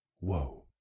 Whoa